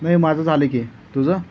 नाही माझं झालं की तुझं